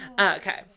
Okay